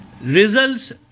Results